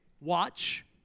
watch